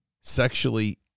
sexually